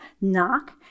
Knock